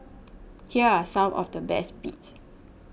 here are some of the best bits